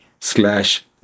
slash